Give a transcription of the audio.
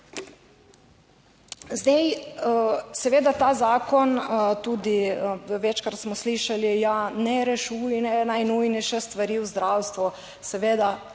Zdaj, seveda ta zakon tudi večkrat smo slišali, ja, ne rešuje najnujnejše stvari v zdravstvu. Seveda,